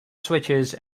switches